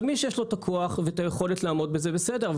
מי שיש לו הכוח והיכולת לעמוד בזה, בסדר.